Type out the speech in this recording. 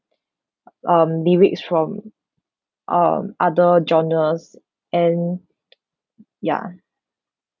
um lyrics from um other genres and ya